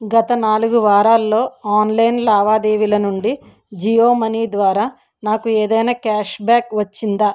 గత నాలుగు వారాల్లో ఆన్లైన్ లావాదేవీల నుండి జియో మనీ ద్వారా నాకు ఏదైనా క్యాష్ బ్యాక్ వచ్చిందా